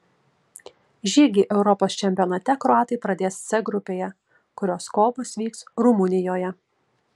žygį europos čempionate kroatai pradės c grupėje kurios kovos vyks rumunijoje